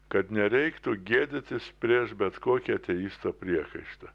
kad nereiktų gėdytis prieš bet kokią ateisto priekaištą